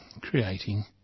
creating